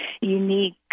unique